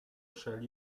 shall